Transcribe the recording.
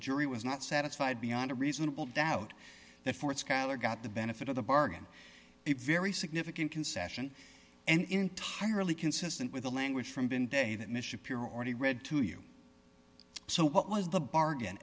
jury was not satisfied beyond a reasonable doubt the th scholar got the benefit of the bargain a very significant concession and entirely consistent with the language from bin day that mischa peer already read to you so what was the bargain